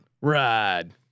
ride